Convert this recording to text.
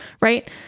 right